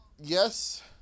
yes